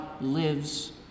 lives